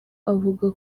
avuga